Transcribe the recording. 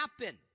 happen